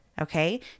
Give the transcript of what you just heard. okay